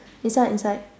inside inside